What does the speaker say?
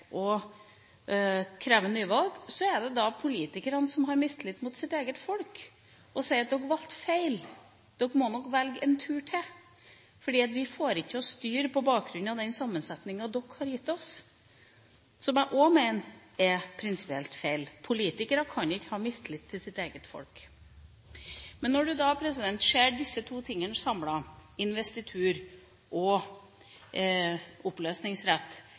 en tur til, for vi får ikke til å styre på bakgrunn av den sammensetningen dere har gitt oss – noe jeg også mener er prinsipielt feil. Politikere kan ikke ha mistillit til sitt eget folk. Når man ser disse to tingene samlet, investitur og oppløsningsrett,